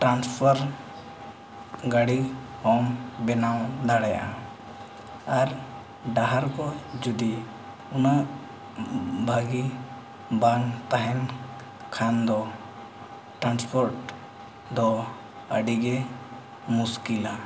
ᱜᱟᱹᱰᱤᱦᱚᱢ ᱵᱮᱱᱟᱣ ᱫᱟᱲᱮᱭᱟᱜᱼᱟ ᱟᱨ ᱰᱟᱦᱟᱨ ᱠᱚ ᱡᱩᱫᱤ ᱩᱱᱟᱹᱜ ᱵᱷᱟᱹᱜᱮ ᱵᱟᱝ ᱛᱟᱦᱮᱱ ᱠᱷᱟᱱ ᱫᱚ ᱫᱚ ᱟᱹᱰᱤᱜᱮ ᱢᱩᱥᱠᱤᱞᱟ